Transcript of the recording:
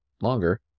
longer